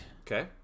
Okay